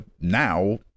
now